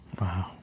Wow